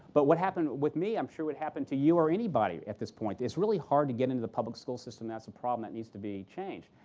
but what happened with me i'm sure would happen to you or anybody at this point. it's hard to get into the public school system. that's a problem that needs to be changed.